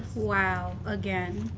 wow, again.